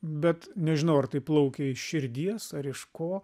bet nežinau ar tai plaukė iš širdies ar iš ko